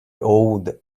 owed